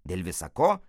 dėl visa ko